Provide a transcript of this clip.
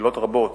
בקהילות רבות.